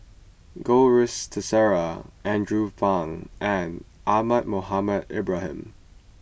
Goh Rui Si theresa Andrew Phang and Ahmad Mohamed Ibrahim